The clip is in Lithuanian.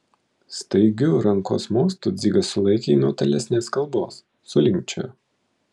staigiu rankos mostu dzigas sulaikė jį nuo tolesnės kalbos sulinkčiojo